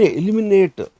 eliminate